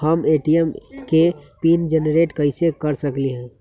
हम ए.टी.एम के pin generate कईसे कर सकली ह?